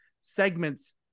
segments